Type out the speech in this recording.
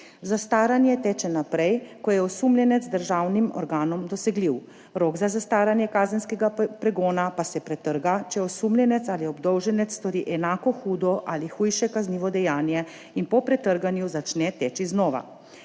Zastaranje teče naprej, ko je osumljenec državnim organom dosegljiv, rok za zastaranje kazenskega pregona pa se pretrga, če osumljenec ali obdolženec stori enako hudo ali hujše kaznivo dejanje, in po pretrganju začne teči znova.